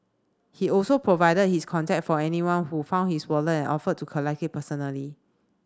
he also provided his contact for anyone who found his wallet and offered to collect it personally